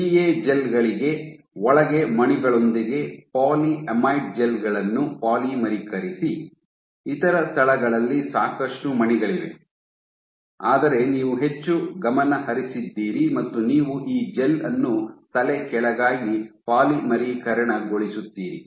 PA gel ಒಳಗೆ ಮಣಿಗಳೊಂದಿಗೆ polyamide gel ಗಳನ್ನು ಪಾಲಿಮರೀಕರಿಸಿ ಇತರ ಸ್ಥಳಗಳಲ್ಲಿ ಸಾಕಷ್ಟು ಮಣಿಗಳಿವೆ ಆದರೆ ನೀವು ಹೆಚ್ಚು ಗಮನಹರಿಸಿದ್ದೀರಿ ಮತ್ತು ನೀವು ಈ ಜೆಲ್ ಅನ್ನು ತಲೆಕೆಳಗಾಗಿ ಪಾಲಿಮರೀಕರಣಗೊಳಿಸುತ್ತೀರಿ